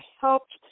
helped